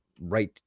right –